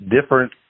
different